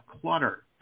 clutter